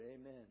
amen